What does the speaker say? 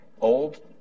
old